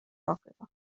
آفریقا